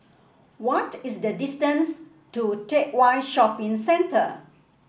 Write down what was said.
what is the distance to Teck Whye Shopping Centre